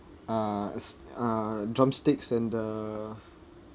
uh s~ uh drumsticks and the